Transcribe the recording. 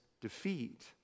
defeat